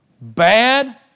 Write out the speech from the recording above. Bad